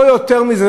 לא יותר מזה,